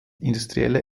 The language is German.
industrielle